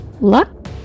Luck